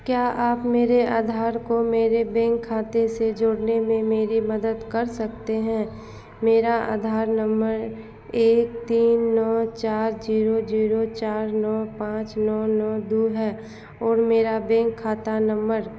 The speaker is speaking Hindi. क्या आप मेरे आधार को मेरे बैंक खाते से जोड़ने में मेरी मदद कर सकते हैं मेरा आधार नम्बर एक तीन नौ चार ज़ीरो ज़ीरो चार नौ पाँच नौ नौ दो है और मेरा बैंक खाता नम्बर दो नौ ज़ीरो एक चार सात पाँच दो ज़ीरो छह तीन नौ एक ज़ीरो ज़ीरो नौ है